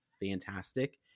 fantastic